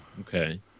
Okay